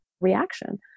reaction